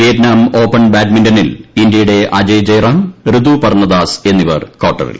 Vietnam open ബാഡ്മിന്റണിൽ ഇന്ത്യയുടെ അജയ് ജയറാം റിതുപർണ ദാസ് എന്നിവർ ക്വാർട്ടറിൽ